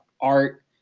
art